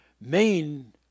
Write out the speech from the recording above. main